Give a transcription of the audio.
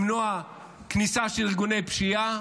למנוע כניסה של ארגוני פשיעה.